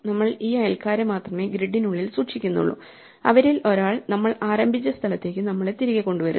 നമ്മൾ ഈ അയൽക്കാരെ മാത്രമേ ഗ്രിഡിനുള്ളിൽ സൂക്ഷിക്കുന്നുള്ളൂ അവരിൽ ഒരാൾ നമ്മൾ ആരംഭിച്ച സ്ഥലത്തേക്ക് നമ്മളെ തിരികെ കൊണ്ടുവരുന്നു